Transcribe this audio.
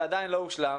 זה עדיין לא הושלם.